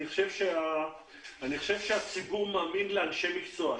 אני חושב שהציבור מאמין לאנשי מקצוע,